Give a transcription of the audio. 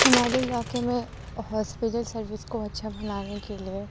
ہمارے علاقے میں ہاسپٹل سروس کو اچھا بنانے کے لیے